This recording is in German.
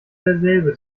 derselbe